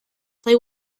play